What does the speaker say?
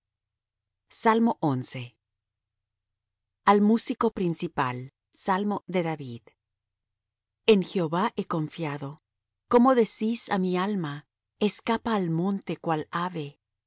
la tierra al músico principal salmo de david en jehová he confiado cómo decís á mi alma escapa al monte cual ave